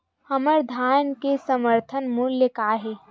हमर धान के समर्थन मूल्य का हे?